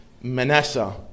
Manasseh